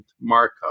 markup